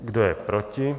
Kdo je proti?